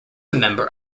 member